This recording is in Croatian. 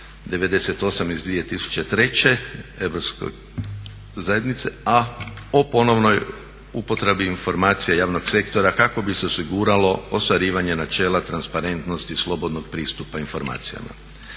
98 iz 2003. Europske zajednice a o ponovnoj upotrebi informacija javnog sektora kako bi se osiguralo ostvarivanje načela transparentnosti slobodnog pristupa informacijama.